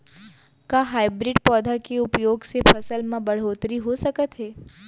का हाइब्रिड पौधा के उपयोग से फसल म बढ़होत्तरी हो सकत हे?